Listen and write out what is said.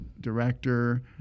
director